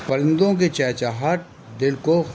پرندوں کے چہچہاہٹ دل کو